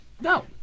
No